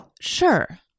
Sure